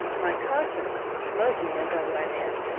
my conscience smote me as i went in.